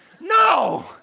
No